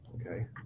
Okay